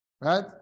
Right